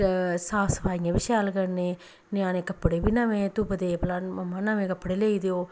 साफ सफाइयां बी शैल करने ञ्याणे कपड़े बी नमें तुप्पदे भला मम्मा नमें कपड़े लेई देऔ